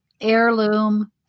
heirloom